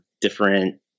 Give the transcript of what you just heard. different